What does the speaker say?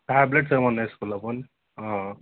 tablets ఏమైనా వేస్కున్నారా పోని